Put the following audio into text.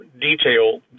detail